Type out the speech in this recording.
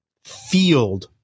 field